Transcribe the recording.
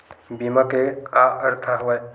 बीमा के का अर्थ हवय?